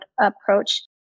approach